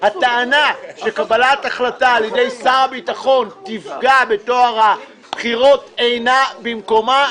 הטענה שקבלת החלטה על ידי שר הביטחון תפגע בטוהר הבחירות אינה במקומה.